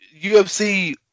UFC